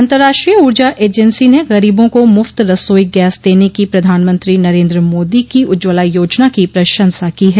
अंतर्राष्ट्रीय ऊर्जा एजेंसी ने गरीबों को मुफ्त रसाई गैस देने की प्रधानमंत्री नरेन्द्र मोदी की उज्ज्वला योजना की प्रशंसा की है